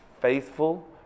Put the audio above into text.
Faithful